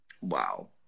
Wow